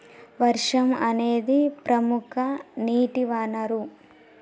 వర్షం అనేదిప్రముఖ నీటి వనరు